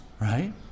right